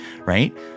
right